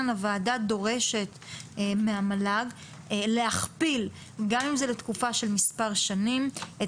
הועדה דורשת מהמל"ג להכפיל גם אם זה תקופה של מספר שנים את